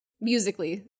musically